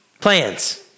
plans